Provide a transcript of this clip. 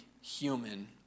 human